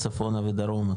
צפונה ודרומה,